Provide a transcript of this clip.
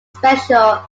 special